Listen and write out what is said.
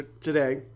today